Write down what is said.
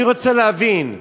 אני רוצה להבין: